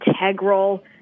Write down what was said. integral